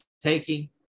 taking